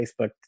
Facebook